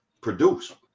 produce